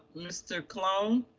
mr. colon.